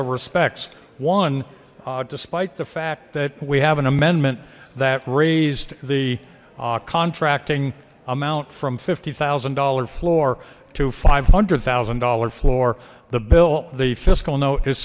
of respects one despite the fact that we have an amendment that raised the contracting amount from fifty thousand dollars floor to five hundred thousand dollars floor the bill the fiscal no